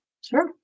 Sure